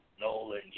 Nolan